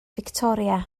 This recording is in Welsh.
fictoria